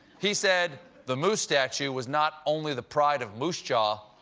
he said, the moose statue was not only the pride of moose jaw,